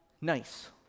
nice